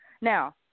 Now